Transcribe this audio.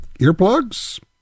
earplugs